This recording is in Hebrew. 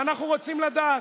אנחנו רוצים לדעת,